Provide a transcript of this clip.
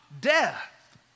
Death